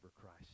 Christ